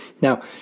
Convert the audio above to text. Now